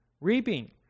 Reaping